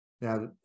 now